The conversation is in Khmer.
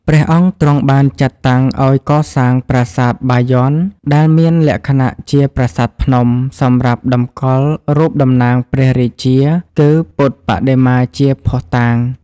ព្រះអង្គទ្រង់បានចាត់តាំងឱ្យកសាង ប្រាសាទបាយ័នដែលមានលក្ខណៈជាប្រាសាទភ្នំ សម្រាប់តម្កល់រូបតំណាងព្រះរាជា គឺពុទ្ធបដិមាជាភ័ស្តុតាង។